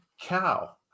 cow